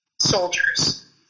soldiers